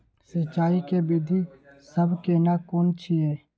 सिंचाई के विधी सब केना कोन छिये?